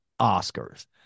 Oscars